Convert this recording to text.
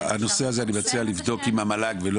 הנושא הזה אני מציע לבדוק עם המל"ג ולא